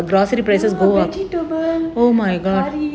ya vegetable curry